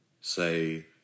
Say